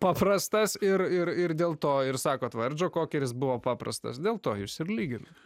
paprastas ir ir ir dėl to ir sakot va ir džo kokeris buvo paprastas dėl to jus ir lygina